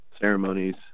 ceremonies